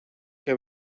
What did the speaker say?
que